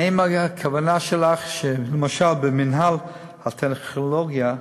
האם הכוונה שלך שלמשל במינהל הטכנולוגיה,